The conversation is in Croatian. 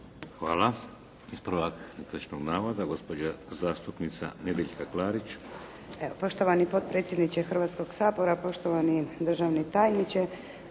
Hvala. Ispravak netočnog navoda, gospođa zastupnica Nedjeljka Klarić.